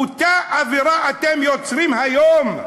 את אותה אווירה אתם יוצרים היום.